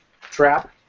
trap